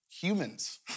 Humans